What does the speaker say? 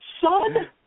Son